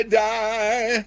die